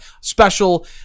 special